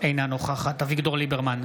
אינה נוכחת אביגדור ליברמן,